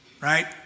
right